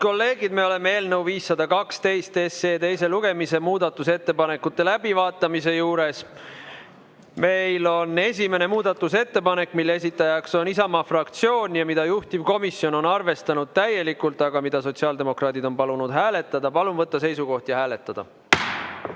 kolleegid, me oleme eelnõu 512 teise lugemise muudatusettepanekute läbivaatamise juures. Meil on käsil esimene muudatusettepanek, mille esitaja on Isamaa fraktsioon ja mida juhtivkomisjon on arvestanud täielikult, aga mida sotsiaaldemokraadid on palunud hääletada. Palun võtta seisukoht ja hääletada!